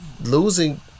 losing